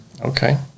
Okay